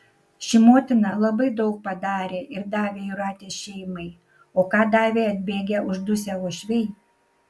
ši motina labai daug padarė ir davė jūratės šeimai o ką davė atbėgę uždusę uošviai